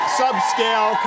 sub-scale